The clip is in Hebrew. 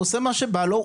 הוא עושה מה שבא לו,